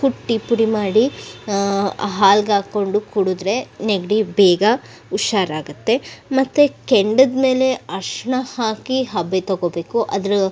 ಕುಟ್ಟಿ ಪುಡಿ ಮಾಡಿ ಹಾಲ್ಗೆ ಹಾಕ್ಕೊಂಡು ಕುಡಿದ್ರೆ ನೆಗಡಿ ಬೇಗ ಹುಷಾರ್ ಆಗುತ್ತೆ ಮತ್ತು ಕೆಂಡದ ಮೇಲೆ ಅರ್ಶಿನ ಹಾಕಿ ಹಬೆ ತೊಗೊಬೇಕು ಅದ್ರ